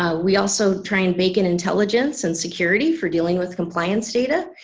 ah we also try and make an intelligence and security for dealing with compliance data.